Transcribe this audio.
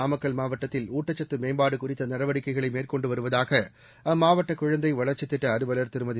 நாமக்கல் மாவட்டத்தில் ஊட்டக்கத்து மேம்பாடு குறித்த நடவடிக்கைகளை மேற்கொண்டு வருவதாக அம்மாவட்ட குழந்தைகள் வளர்ச்சித் திட்ட அலுவலர் திருமதி